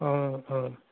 অঁ অঁ